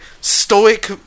Stoic